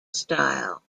style